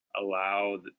allow